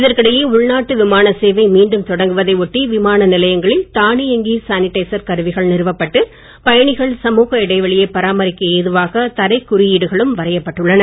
இதற்கிடையே உள்நாட்டு விமாள சேவை மீண்டும் தொடங்குவதை நட்டி விமான நிலையங்களில் தானியங்கி சானிடைசர் கருவிகள் நிறுவப்பட்டு பயணிகள் சமூக இடைவெளியை பராமரிக்க ஏதுவாக தரைக் குறியீடுகளும் வரையப் பட்டுள்ளன